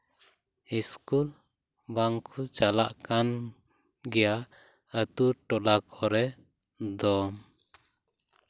school ᱵᱟᱝᱠᱚ ᱪᱟᱞᱟᱜ ᱠᱟᱱ ᱜᱮᱭᱟ ᱟᱛᱩ ᱴᱚᱞᱟ ᱠᱚᱨᱮ ᱫᱚ